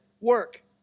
work